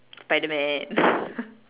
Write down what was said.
spiderman